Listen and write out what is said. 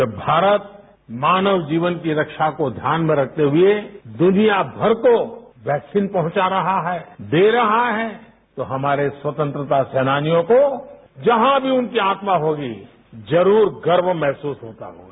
जब भारत मानव जीवन की रक्षा को ध्यान में रखते हुए दुनियामर को वैक्सीन पहुंचा रहा है दे रहा है तो हमारे स्वतंत्रता सेनानियों को जहां भी उनकी आत्मा होगी गर्व महसूस होगा